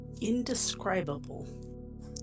Indescribable